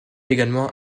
également